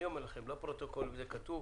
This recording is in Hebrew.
אני אומר לכם, לפרוטוקול, וזה כתוב,